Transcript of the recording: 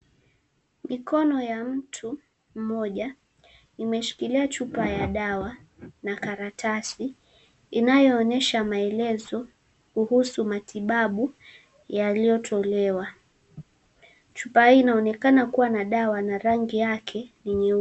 Mikono ya mtu mmoja, imeshikilia chupa ya dawa na karatasi inayoonyesha maelezo kuhusu matibabu yaliyotolewa. Chupa hii inaonekana kuwa na dawa na rangi yake ni nyeupe.